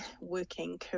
working